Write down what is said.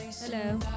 Hello